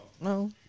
No